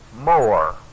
more